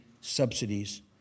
subsidies